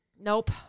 Nope